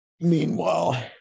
Meanwhile